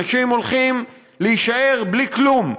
ואנשים הולכים להישאר בלי כלום,